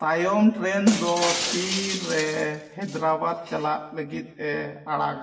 ᱛᱟᱭᱚᱢ ᱴᱨᱮᱹᱱ ᱫᱚ ᱛᱤᱱᱨᱮ ᱦᱟᱭᱫᱨᱟᱵᱟᱫᱽ ᱪᱟᱞᱟᱜ ᱞᱟᱹᱜᱤᱫ ᱮ ᱟᱲᱟᱜᱟ